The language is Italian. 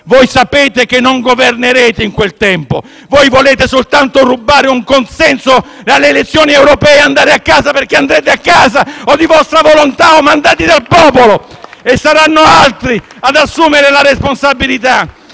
voi sapete che non governerete in quel tempo. Voi volete soltanto rubare un consenso alle elezioni europee e andare a casa, perché andrete a casa, o di vostra volontà o mandati dal popolo. *(Applausi dal Gruppo FI-BP)*. Saranno altri ad assumere la responsabilità